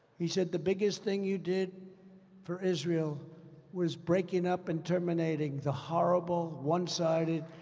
he said, the biggest thing you did for israel was breaking up and terminating the horrible, one-sided,